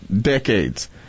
decades